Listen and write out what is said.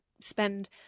spend